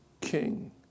king